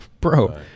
Bro